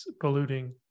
polluting